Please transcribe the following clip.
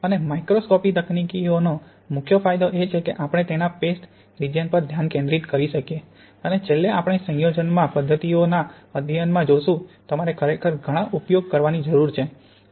અને માઇક્રોસ્કોપી તકનીકોનો મુખ્ય ફાયદો એ છે કે આપણે તેના પેસ્ટ રિજિયન પર ધ્યાન કેન્દ્રિત કરી શકીએ અને છેલ્લે આપણે સંયોજનમાં પદ્ધતિઓના અધ્યયનમાં જોશું તમારે ખરેખર ઘણા ઉપયોગ કરવાની જરૂર છે